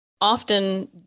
Often